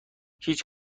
هیچ